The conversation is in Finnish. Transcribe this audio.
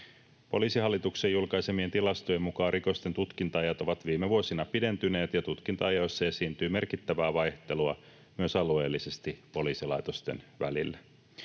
Poliisihallituksen julkaisemien tilastojen mukaan rikosten tutkinta-ajat ovat viime vuosina pidentyneet ja tutkinta-ajoissa esiintyy merkittävää vaihtelua myös alueellisesti poliisilaitosten välillä.